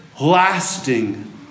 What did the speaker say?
lasting